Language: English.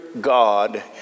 God